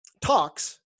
talks